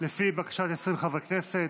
לפי בקשת 20 חברי כנסת.